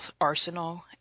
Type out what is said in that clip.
Arsenal